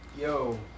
Yo